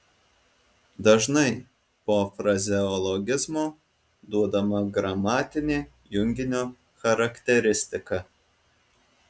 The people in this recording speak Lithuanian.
dažnai po frazeologizmo duodama gramatinė junginio charakteristika